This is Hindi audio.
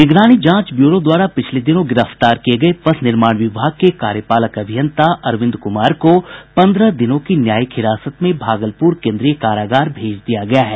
निगरानी जांच ब्यूरो द्वारा पिछले दिनों गिरफ्तार किये गये पथ निर्माण विभाग के कार्यपालक अभियंता अरविंद कुमार को पन्द्रह दिनों की न्यायिक हिरासत में भागलपुर केन्द्रीय कारागार भेज दिया गया है